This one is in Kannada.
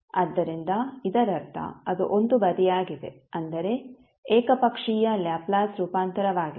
ಆದ್ದರಿಂದ ಇದರರ್ಥ ಅದು ಒಂದು ಬದಿಯಾಗಿದೆ ಅಂದರೆ ಏಕಪಕ್ಷೀಯ ಲ್ಯಾಪ್ಲೇಸ್ ರೂಪಾಂತರವಾಗಿದೆ